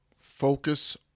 focus